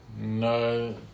no